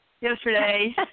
yesterday